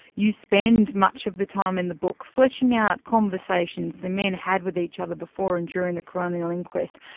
you spend much of the time in the book fleshing out conversations the men had with each other before and during the coronial inquest,